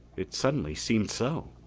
it suddenly seemed so.